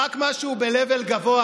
רק משהו ב-level גבוה,